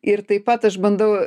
ir taip pat aš bandau